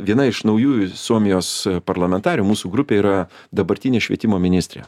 viena iš naujųjų suomijos parlamentarių mūsų grupėj yra dabartinė švietimo ministrė